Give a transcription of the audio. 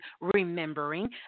remembering